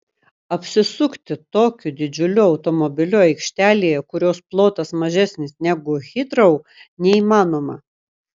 apsisukti tokiu didžiuliu automobiliu aikštelėje kurios plotas mažesnis negu hitrou neįmanoma